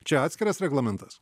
čia atskiras reglamentas